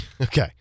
Okay